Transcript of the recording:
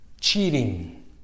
cheating